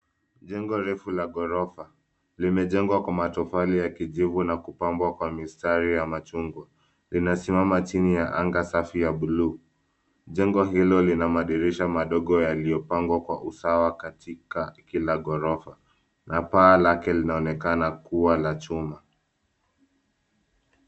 Jengo refu la ghorofa limejengwa kwa matofali ya kijivu na kupambwa kwa mistari ya machungwa linasimama chini ya anga safi ya buluu. Jengo hilo lia madirisha madogo yaliyopangwa kwa usawa katika kila ghorofa na paa lake linaonekana kuwa la chuma.